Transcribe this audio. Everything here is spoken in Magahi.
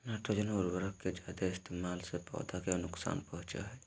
नाइट्रोजन उर्वरक के जादे इस्तेमाल से पौधा के नुकसान पहुंचो हय